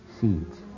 seeds